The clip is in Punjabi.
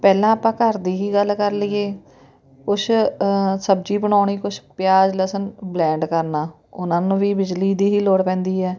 ਪਹਿਲਾਂ ਆਪਾਂ ਘਰ ਦੀ ਹੀ ਗੱਲ ਕਰ ਲਈਏ ਕੁਛ ਸਬਜ਼ੀ ਬਣਾਉਣੀ ਕੁਛ ਪਿਆਜ਼ ਲਸਣ ਬਲੈਂਡ ਕਰਨਾ ਉਹਨਾਂ ਨੂੰ ਵੀ ਬਿਜਲੀ ਦੀ ਹੀ ਲੋੜ ਪੈਂਦੀ ਹੈ